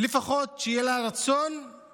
לפחות שיהיה לה רצון לטפל